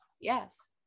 Yes